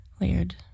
layered